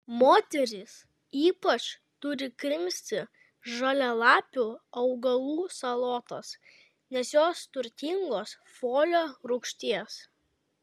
moterys ypač turi krimsti žalialapių augalų salotas nes jos turtingos folio rūgšties